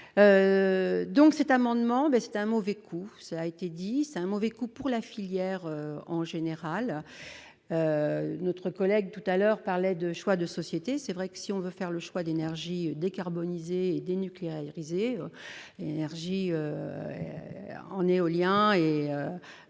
donc, cet amendement, mais c'est un mauvais coup, ça a été dit, c'est un mauvais coup pour la filière, en général, notre collègue tout à l'heure, parlait de choix de société, c'est vrai que si on veut faire le choix d'énergie des carboniser dénucléarisé énergie en éolien et